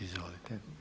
Izvolite.